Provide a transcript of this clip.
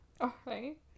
Okay